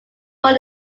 born